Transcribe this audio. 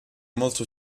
molto